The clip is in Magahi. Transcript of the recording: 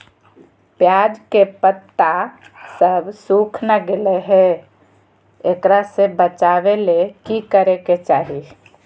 प्याज के पत्ता सब सुखना गेलै हैं, एकरा से बचाबे ले की करेके चाही?